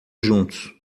juntos